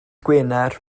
gwener